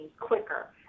quicker